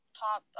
top